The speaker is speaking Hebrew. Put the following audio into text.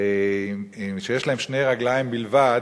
שיש להם שתי רגליים בלבד,